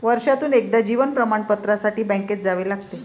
वर्षातून एकदा जीवन प्रमाणपत्रासाठी बँकेत जावे लागते